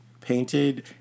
painted